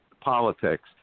politics